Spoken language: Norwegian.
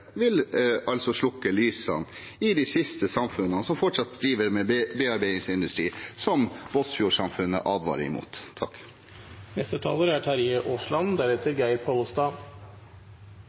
vil altså slukke lysene i de siste samfunnene som fortsatt driver med bearbeidingsindustri, noe Båtsfjord-samfunnet advarer mot. Dette er